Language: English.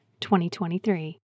2023